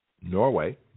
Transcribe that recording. Norway